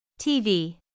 tv